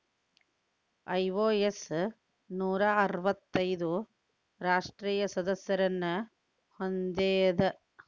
IOS ನೂರಾ ಅರ್ವತ್ತೈದು ರಾಷ್ಟ್ರೇಯ ಸದಸ್ಯರನ್ನ ಹೊಂದೇದ